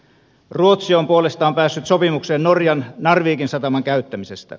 ruotsi on puolestaan päässyt sopimukseen norjan narvikin sataman käyttämisestä